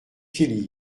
qu’il